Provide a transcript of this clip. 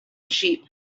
sheep